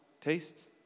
taste